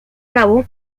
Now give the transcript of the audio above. cabo